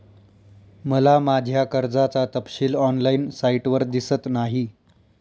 मला माझ्या कर्जाचा तपशील ऑनलाइन साइटवर दिसत नाही